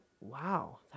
wow